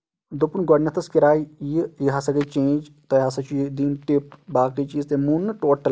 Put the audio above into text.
دوپُن گۄڈٕنیتھ ٲسۍ کِراے یہِ یہِ ہسا گٔیے چینج تۄہہِ ہسا چھِ یہِ دِنۍ ٹِپ باقٕے چیٖز تٔمۍ مون نہٕ ٹوٹل کِہینۍ